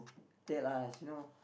tell us you know